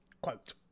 Quote